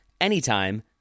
anytime